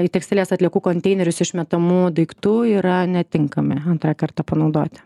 į tekstilės atliekų konteinerius išmetamų daiktų yra netinkami antrą kartą panaudoti